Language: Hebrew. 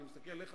אני מסתכל עליך,